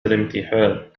الإمتحان